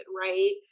right